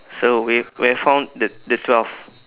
so we've we have found the the twelve